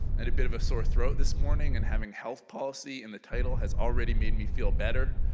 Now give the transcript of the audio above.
had a bit of a sore throat this morning and having health policy in the title has already made me feel better.